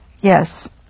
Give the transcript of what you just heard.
Yes